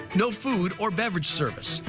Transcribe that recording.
no food or beverage service.